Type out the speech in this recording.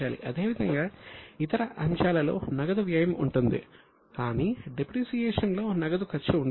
అదేవిధంగా ఇతర అంశాలలో నగదు వ్యయం ఉంటుంది కానీ డిప్రిసియేషన్ లో నగదు ఖర్చు ఉండదు